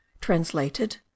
translated